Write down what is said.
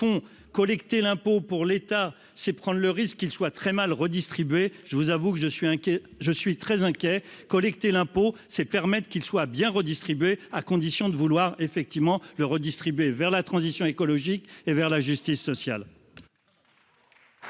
collecter l'impôt pour l'État, c'est prendre le risque qu'il soit très mal redistribuée je vous avoue que je suis inquiet, je suis très inquiet : collecter l'impôt c'est permettent qu'il soit bien redistribué à condition de vouloir effectivement le redistribuer vers la transition écologique et vers la justice sociale.